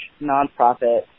nonprofit